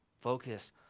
Focus